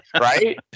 right